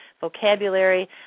vocabulary